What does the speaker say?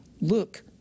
look